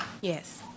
Yes